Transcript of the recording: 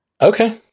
Okay